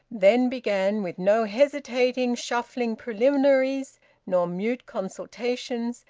then began, with no hesitating shuffling preliminaries nor mute consultations,